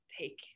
take